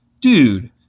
dude